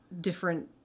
different